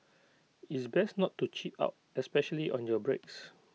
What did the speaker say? it's best not to cheap out especially on your brakes